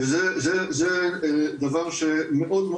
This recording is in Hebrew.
זה דבר שמאוד,